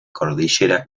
cordillera